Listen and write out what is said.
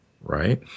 Right